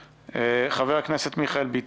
חבר הכנסת מיכאל ביטון.